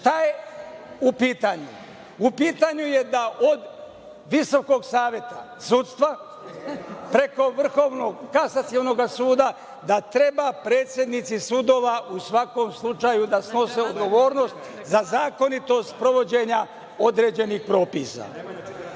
Šta je u pitanju? U pitanju je da od Visokog saveta sudstva, preko Vrhovnog kasacionog suda, da treba predsednici sudova, u svakom slučaju, da snose odgovornost za zakonitost sprovođenja određenih propisa. Kako